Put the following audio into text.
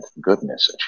goodness